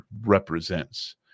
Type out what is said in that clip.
represents